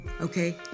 Okay